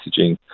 messaging